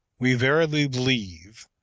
we verily believe,